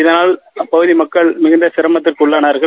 இதனால் அப்பகுதி மக்கள் மிகுந்த சிரமத்திற்கு உள்ளானார்கள்